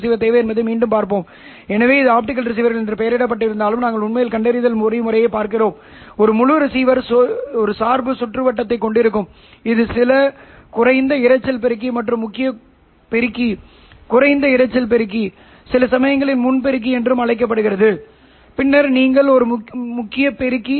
உங்களிடம் உள்வரும் சமிக்ஞை உள்ளது ஏனெனில் இது ஆப்டிகல் என்பதால் இதற்கான மின்சார புலம் குறியீட்டிற்கு மாறுவோம் எனவே என்னிடம் Es உள்ளது இது உள்வரும் சமிக்ஞையாகும் இது டிரான்ஸ்மிட்டரில் மாற்றியமைக்கப்படுகிறது நான் விவாதித்த ஒரு சாதனத்தை ஒரு கப்ளரில் வைத்தால் முந்தைய தொகுதியில் நான் ஒரு கப்ளரில் வைத்தால் இந்த இணைப்பான் நான் இன்னும் ஒரு சமிக்ஞையில் அனுப்புகிறேன் இது உள்ளூர் ஆஸிலேட்டர் சரி